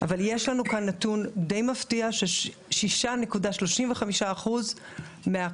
אבל יש לנו כאן נתון די מפתיע: 6.35% מהכלכלה